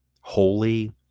holy